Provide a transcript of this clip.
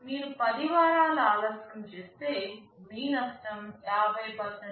మీరు 10 వారాలు ఆలస్యం చేస్తే మీ నష్టం 50 వరకు పెరుగుతుంది